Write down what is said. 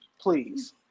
please